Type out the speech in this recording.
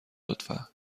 لطفا